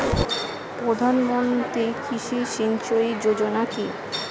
প্রধানমন্ত্রী কৃষি সিঞ্চয়ী যোজনা কি?